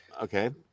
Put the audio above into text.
Okay